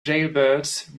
jailbirds